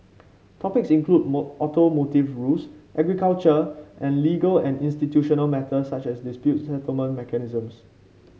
topics include more automotive rules agriculture and legal and institutional matters such as dispute settlement mechanisms